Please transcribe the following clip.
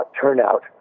turnout